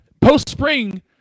Post-spring